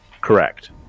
Correct